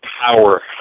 power